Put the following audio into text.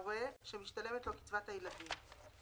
אני מתכבד לפתוח את ישיבת ועדת הכספים.